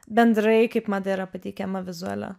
bendrai kaip mada yra pateikiama vizuale